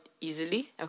easily